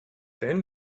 then